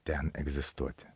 ten egzistuoti